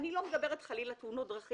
אני לא מדברת חלילה על תאונות דרכים,